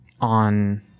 on